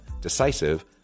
decisive